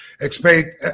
expect